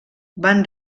van